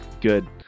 Good